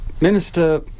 Minister